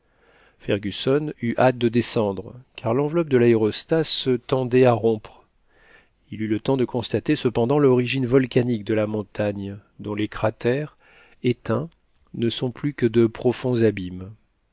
fergusson eut hâte de descendre car l'enveloppe de l'aérostat se tendait à rompre il eut le temps de constater cependant l'origine volcanique de la montagne dont les cratères éteints ne sont plus que de profonds abîmes